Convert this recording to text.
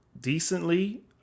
decently